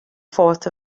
fourth